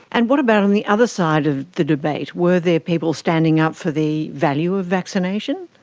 and what about on the other side of the debate? were there people standing up for the value of vaccination?